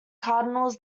cardinals